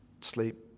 sleep